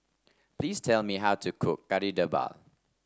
please tell me how to cook Kari Debal